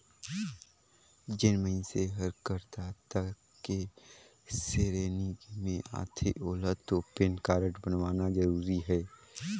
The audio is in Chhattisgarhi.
जेन मइनसे हर करदाता के सेरेनी मे आथे ओेला तो पेन कारड बनवाना जरूरी हे